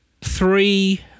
three